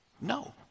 No